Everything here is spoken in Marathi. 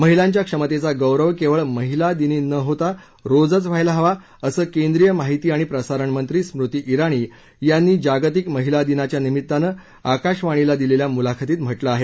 महिलांच्या क्षमतेचा गौरव केवळ महिला दिनी न होता रोजच व्हायला हवा असं केंद्रीय माहिती आणि प्रसारणमंत्री स्मृती जाणी यांनी जागतिक महिला दिनाच्या निमित्तानं आकाशवणीला दिलेल्या मुलाखतीत म्हटलं आहे